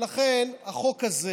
ולכן החוק הזה